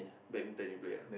badminton you play ah